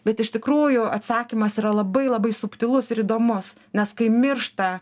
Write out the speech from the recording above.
bet iš tikrųjų atsakymas yra labai labai subtilus ir įdomus nes kai miršta